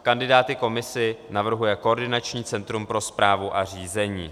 Kandidáty komisi navrhuje koordinační centrum pro správu a řízení.